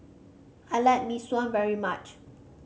I like Mee Sua very much